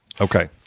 Okay